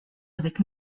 avec